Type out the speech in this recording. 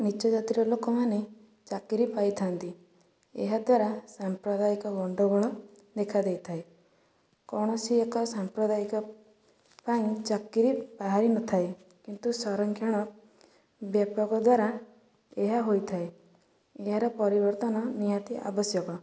ନୀଚ ଜାତିର ଲୋକମାନେ ଚାକିରୀ ପାଇଥାନ୍ତି ଏହାଦ୍ୱାରା ସାମ୍ପ୍ରଦାୟିକ ଗଣ୍ଡଗୋଳ ଦେଖା ଦେଇଥାଏ କୌଣସି ଏକ ସାମ୍ପ୍ରଦାୟିକ ପାଇଁ ଚାକିରୀ ବାହାରି ନଥାଏ ତେଣୁ ସରଂକ୍ଷଣ ବ୍ୟାପକ ଦ୍ୱାରା ଏହା ହୋଇଥାଏ ଏହାର ପରିବର୍ତ୍ତନ ନିହାତି ଆବଶ୍ୟକ